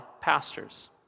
pastors